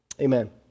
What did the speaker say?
Amen